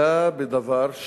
רבותי,